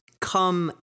come